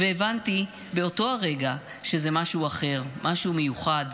והבנתי באותו הרגע שזה משהו אחר, משהו מיוחד.